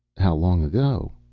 how long ago?